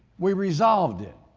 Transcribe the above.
we resolved it.